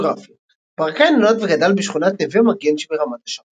ביוגרפיה ברקאי נולד וגדל בשכונת נווה מגן שברמת השרון.